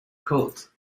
coat